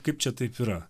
kaip čia taip yra